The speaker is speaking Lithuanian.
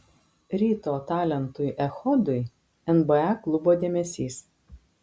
ryto talentui echodui nba klubo dėmesys